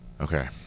Okay